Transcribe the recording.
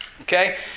Okay